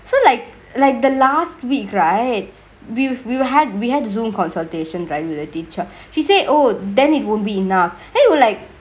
so like like the last week right we we we had we had the zoom consultation driver with a teacher she say oh then it won't be enough !hey! you like